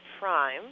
Prime